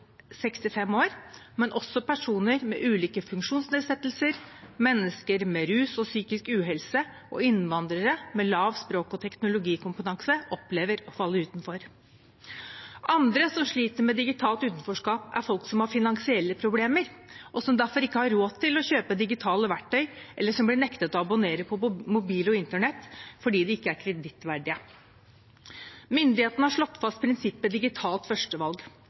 65 år, men også personer med ulike funksjonsnedsettelser, mennesker med rusproblemer og psykisk uhelse og innvandrere med lav språk- og teknologikompetanse opplever å falle utenfor. Andre som sliter med digitalt utenforskap er folk som har finansielle problemer, og som derfor ikke har råd til å kjøpe digitale verktøy eller som blir nektet å abonnere på mobilnett og Internett fordi de ikke er kredittverdige. Myndighetene har slått fast prinsippet «digitalt førstevalg»,